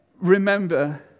remember